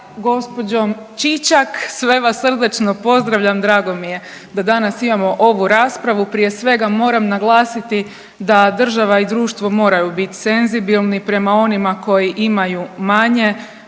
sa gospođom Čičak, sve sva srdačno pozdravljam, drago mi je da danas imamo ovu raspravu. Prije svega moram naglasiti da država i društvo moraju biti senzibilni prema onima koji imaju manje